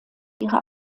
ihre